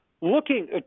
looking